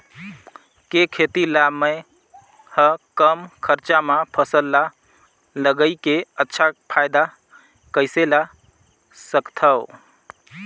के खेती ला मै ह कम खरचा मा फसल ला लगई के अच्छा फायदा कइसे ला सकथव?